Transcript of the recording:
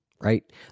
right